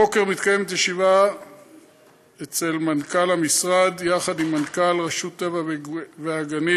הבוקר מתקיימת ישיבה אצל מנכ"ל המשרד יחד עם מנכ"ל רשות הטבע והגנים,